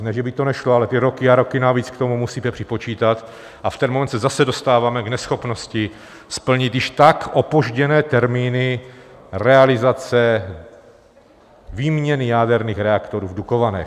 Ne že by to nešlo, ale ty roky a roky navíc k tomu musíte připočítat, a v ten moment se zase dostáváme k neschopnosti splnit již tak opožděné termíny realizace výměny jaderných reaktorů v Dukovanech.